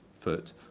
foot